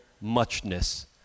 muchness